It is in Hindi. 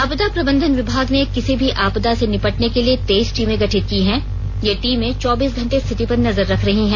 आपदा प्रबंधन विभाग ने किसी भी आपदा से निपटने के लिए तेईस टीमें गठित की है ये टीमें चौबीस घंटे स्थिति पर नजर रख रही हैं